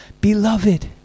beloved